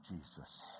Jesus